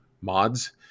mods